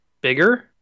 bigger